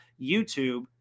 YouTube